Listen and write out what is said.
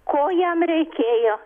ko jam reikėjo